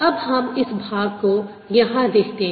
अब हम इस भाग को यहाँ देखते हैं